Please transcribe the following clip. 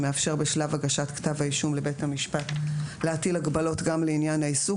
שמאפשר בשלב הגשת כתב האישום לבית המשפט להטיל הגבלות גם לעניין העיסוק,